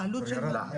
עלות של מה?